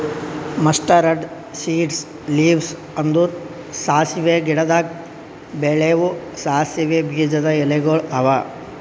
mustard seeds leaves ಅಂದುರ್ ಸಾಸಿವೆ ಗಿಡದಾಗ್ ಬೆಳೆವು ಸಾಸಿವೆ ಬೀಜದ ಎಲಿಗೊಳ್ ಅವಾ